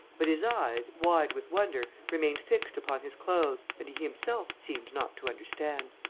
but his eyes, wide with wonder, remained fixed upon his clothes and he himself seemed not to understand.